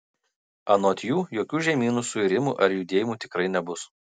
anot jų jokių žemynų suirimų ar judėjimų tikrai nebus